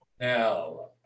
now